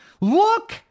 Look